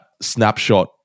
snapshot